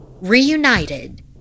reunited